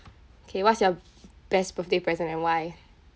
K what's your best birthday present and why